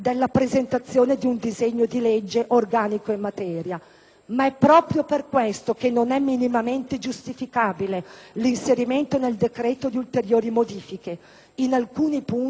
Ma è proprio per questo che non è minimamente giustificabile l'inserimento nel decreto di ulteriori modifiche, in alcuni punti anche poco chiare e certamente improvvisate.